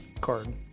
card